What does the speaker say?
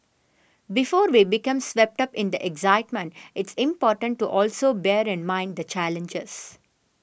before we become swept up in the excitement it's important to also bear in mind the challenges